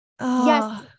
Yes